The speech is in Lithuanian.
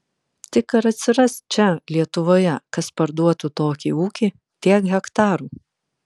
tik ar atsiras čia lietuvoje kas parduotų tokį ūkį tiek hektarų